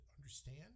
understand